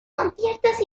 conciertos